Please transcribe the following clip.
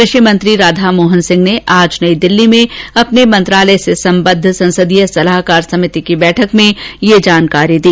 कृषि मंत्री राधा मोहन सिंह ने आज नई दिल्ली में अपने मंत्रालय से संबंधित सलाहकार समिति की बैठक में ये जानकारी दी